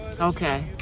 Okay